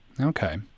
Okay